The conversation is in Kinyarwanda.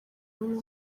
n’umwe